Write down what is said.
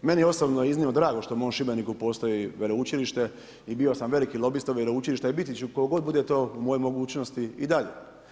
Meni je osobno iznimno drago što u mom Šibeniku postoj veleučilište i bio sam veliki lobista veleučilišta i biti ću koliko god bude to u mojoj mogućnosti i dalje.